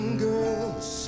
girls